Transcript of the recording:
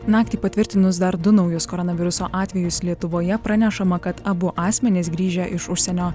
naktį patvirtinus dar du naujus koronaviruso atvejus lietuvoje pranešama kad abu asmenys grįžę iš užsienio